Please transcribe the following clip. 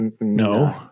No